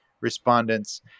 respondents